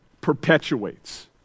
perpetuates